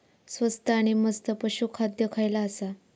स्वस्त आणि मस्त पशू खाद्य खयला आसा?